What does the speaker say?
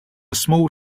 small